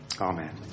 Amen